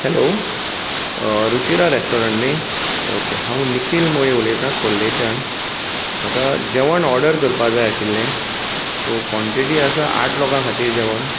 hello Ruchira restaurant न्ही हांव निखिल मोये उलयतां खोर्लेच्यान म्हाका जेवण ऑर्डर करपाक जाय आसलें सो काँटीटी आसा आठ लोकां खातीर जेवण